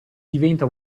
diventa